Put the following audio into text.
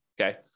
Okay